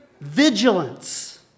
vigilance